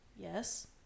Yes